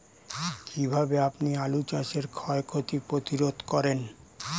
কীভাবে আপনি আলু চাষের ক্ষয় ক্ষতি প্রতিরোধ করেন?